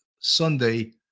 Sunday